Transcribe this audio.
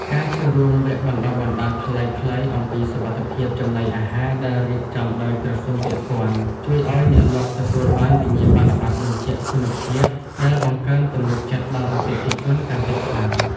ការចូលរួមក្នុងវគ្គបណ្ដុះបណ្ដាលខ្លីៗអំពីសុវត្ថិភាពចំណីអាហារដែលរៀបចំដោយក្រសួងពាក់ព័ន្ធ ជួយឱ្យអ្នកលក់ទទួលបានវិញ្ញាបនបត្របញ្ជាក់គុណភាពដែលបង្កើនទំនុកចិត្តដល់អតិថិជនកាន់តែខ្លាំង។